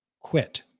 quit